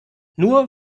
nur